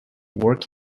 work